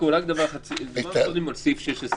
סעיף 16,